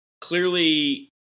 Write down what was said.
clearly